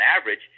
average